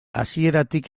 hasieratik